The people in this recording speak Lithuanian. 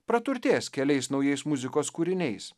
praturtės keliais naujais muzikos kūriniais